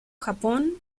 japón